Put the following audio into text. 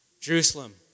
Jerusalem